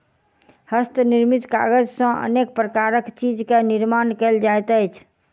हस्त निर्मित कागज सॅ अनेक प्रकारक चीज के निर्माण कयल जाइत अछि